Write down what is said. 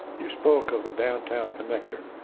you spoke of the downtown connector.